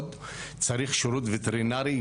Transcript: צריך שירות וטרינרי.